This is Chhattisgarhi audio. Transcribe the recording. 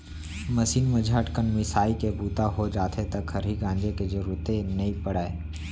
मसीन म झटकन मिंसाइ के बूता हो जाथे त खरही गांजे के जरूरते नइ परय